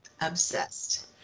Obsessed